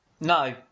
No